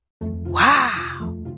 Wow